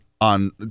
on